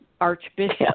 Archbishop